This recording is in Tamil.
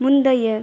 முந்தைய